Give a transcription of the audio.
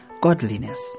godliness